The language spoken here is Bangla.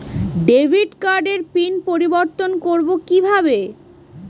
ডেবিট কার্ডের পিন পরিবর্তন করবো কীভাবে?